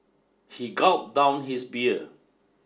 he gulped down his beer